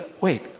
Wait